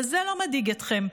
אבל זה לא מדאיג אתכם.